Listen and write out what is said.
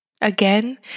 Again